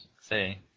say